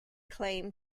claim